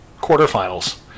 quarterfinals